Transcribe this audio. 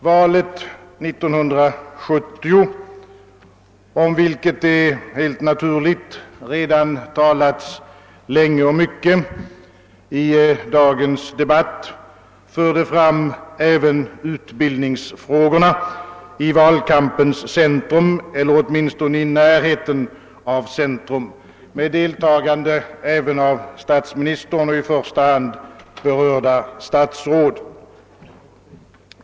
Valet 1970, om vilket det helt naturligt redan talats länge och mycket i dagens debatt, förde fram också utbildningsfrågorna i valkampens centrum eller åtminstone i närheten av centrum, med deltagande även av statsministern och i första hand berörda statsråd.